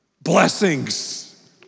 Blessings